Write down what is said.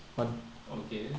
okay